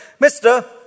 Mister